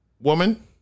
woman